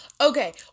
Okay